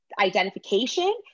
identification